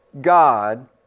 God